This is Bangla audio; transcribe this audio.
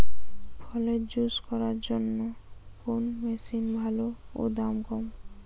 ফলের জুস করার জন্য কোন মেশিন ভালো ও দাম কম?